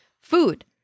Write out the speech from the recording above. food